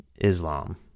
Islam